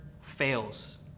fails